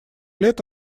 лет